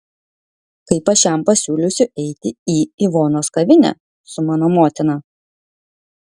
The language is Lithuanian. kaip aš jam pasiūlysiu eiti į ivonos kavinę su mano motina